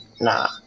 nah